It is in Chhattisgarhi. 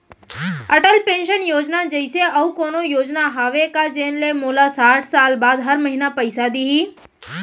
अटल पेंशन योजना जइसे अऊ कोनो योजना हावे का जेन ले मोला साठ साल बाद हर महीना पइसा दिही?